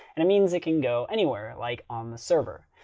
and it means it can go anywhere, like on the server.